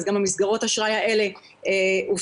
אז גם מסגרות האשראי האלה הופסקו.